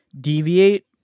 deviate